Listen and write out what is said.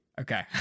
Okay